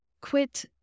quit